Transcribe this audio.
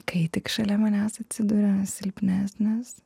kai tik šalia manęs atsiduria silpnesnis